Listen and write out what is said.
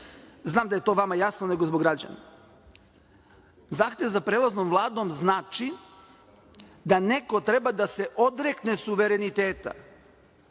Znam da je to vama jasno, nego zbog građana. Zahtev za prelaznom vladom znači da neko treba da se odrekne suvereniteta